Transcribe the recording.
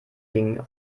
ding